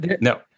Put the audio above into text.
no